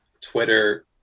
Twitter